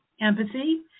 empathy